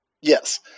Yes